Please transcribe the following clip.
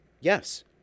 Yes